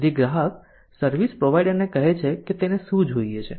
તેથી ગ્રાહક સર્વિસ પ્રોવાઇડરને કહે છે કે તેને શું જોઈએ છે